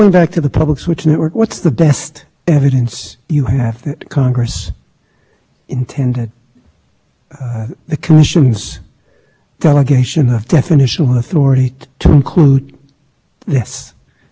the same regulatory scheme but i actually think the purpose was something slightly different and important to support our argument there was a dispute that some carriers had taken advantage of what had been defined as private mobile service to actually conduct